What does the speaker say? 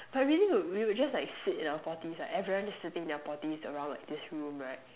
but really we would just like sit in our potties right everyone just sitting in their potties around like this room right